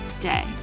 day